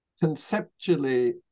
conceptually